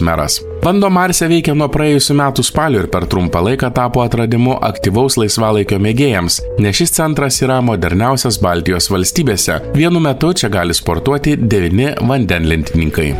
meras vanduo marse veikia nuo praėjusių metų spalio ir per trumpą laiką tapo atradimu aktyvaus laisvalaikio mėgėjams nes šis centras yra moderniausias baltijos valstybėse vienu metu čia gali sportuoti devyni vandenlentininkai